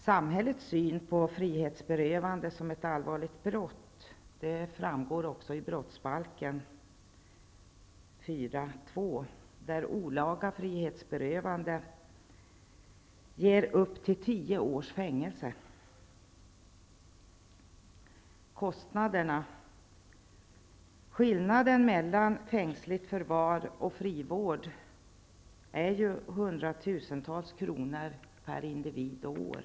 Samhällets syn på frihetsberövanden som ett allvarligt brott framgår av brottsbalken 4:2, där det anges att olaga frihetsberövande ger upp till tio års fängelse. Vad beträffar kostnaderna bör nämnas att skillnaden mellan fängsligt förvar och frivård är hundratusentals kronor per individ och år.